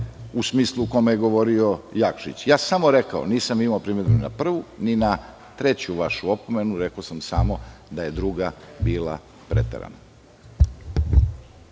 u smislu u kojem je govorio Jakšić. Nisam imao primedbu ni na prvu ni na treću vašu opomenu. Rekao sam da je druga bila preterana.